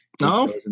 No